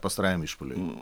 pastarajam išpuoliui